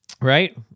Right